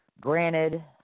granted –